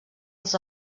als